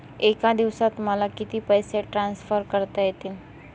एका दिवसात मला किती पैसे ट्रान्सफर करता येतील?